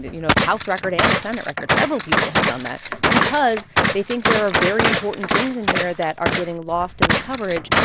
you know, the house record and the senate record. several people have done that because they think there are very important things in here that are getting lost in the coverage,